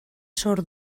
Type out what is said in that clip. zor